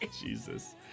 Jesus